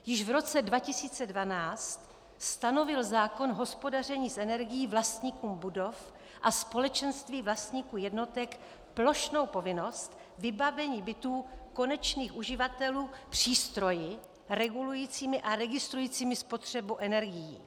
Již v roce 2012 stanovil zákon o hospodaření energií vlastníkům budov a společenství vlastníků jednotek plošnou povinnost vybavení bytů konečných uživatelů přístroji regulujícími a registrujícími spotřebu energií.